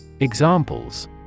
Examples